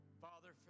Father